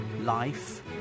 life